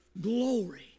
glory